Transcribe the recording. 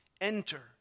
enter